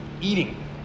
eating